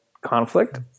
conflict